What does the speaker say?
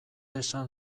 esan